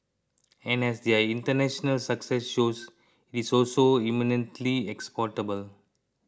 and as their international success shows it is also eminently exportable